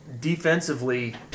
defensively